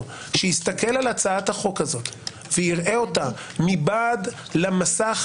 יסתכל על הצעת החוק הזאת ויראה אותה מבעד למסך